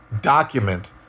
document